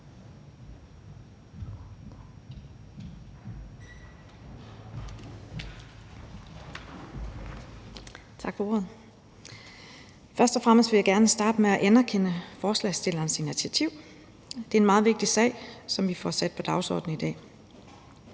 Først og fremmest vil jeg gerne starte med at anerkende forslagsstillernes initiativ; det er en meget vigtig sag, som vi får sat på dagsordenen i dag.